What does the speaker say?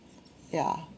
ya